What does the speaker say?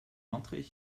entrer